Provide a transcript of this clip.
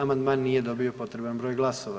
Amandman nije dobio potreban broj glasova.